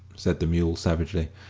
said the mule, savagely,